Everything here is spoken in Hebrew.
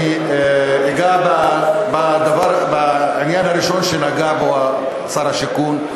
אני אגע בעניין הראשון שנגע בו שר השיכון,